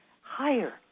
higher